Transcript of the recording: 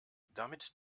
damit